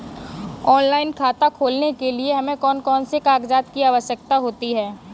Online खाता खोलने के लिए हमें कौन कौन से कागजात की आवश्यकता होती है?